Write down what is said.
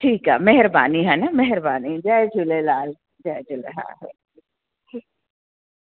ठीकु आहे महिरबानी हे न महिरबानी जय झूलेलाल जय झूलेलाल हा हा